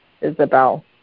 Isabel